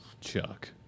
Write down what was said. Chuck